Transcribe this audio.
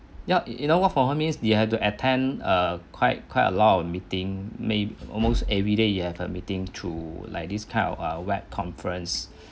ya you know work from home means you have to attend uh quite quite a lot of meeting may almost everyday you have a meeting through like this kind of err web conference